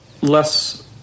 less